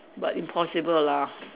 but impossible lah